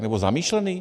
Nebo zamýšlený?